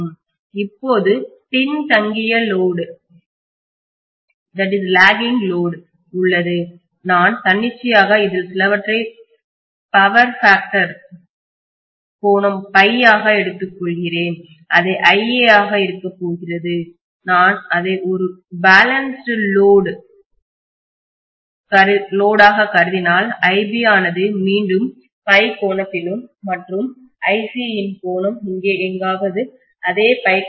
இப்போது பின்தங்கிய லோடுசுமை உள்ளது நான் தன்னிச்சையாக இதில் சிலவற்றை பவர் பேக்டர்சக்தி காரணி கோணம் பை ஆக எடுத்துக்கொள்கிறேன் அதை iA ஆக இருக்கப் போகிறது நான் அதை ஒரு பேலன்ஸ்டு லோடுசமச்சீர் சுமையாகக் கருதினால் iB ஆனது மீண்டும் என்ற கோணத்திலும் மற்றும் Ci இன் கோணம் இங்கே எங்காவது அதே கோணத்தில் உள்ளது